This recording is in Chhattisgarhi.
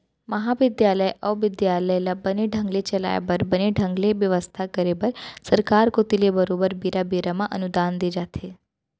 महाबिद्यालय अउ बिद्यालय ल बने ढंग ले चलाय बर बने ढंग ले बेवस्था करे बर सरकार कोती ले बरोबर बेरा बेरा म अनुदान दे जाथे